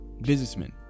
businessmen